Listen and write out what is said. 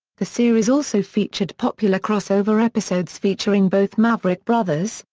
the series also featured popular cross-over episodes featuring both maverick brothers,